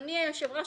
אדוני היושב-ראש,